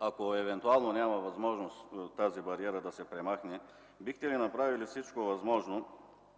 Ако евентуално няма възможност тази бариера да се премахне, бихте ли направили всичко възможно